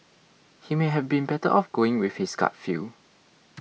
he may have been better off going with his gut feel